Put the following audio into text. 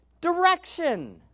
direction